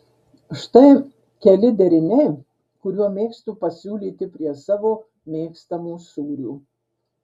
štai keli deriniai kuriuo mėgstu pasiūlyti prie savo mėgstamų sūrių